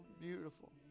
beautiful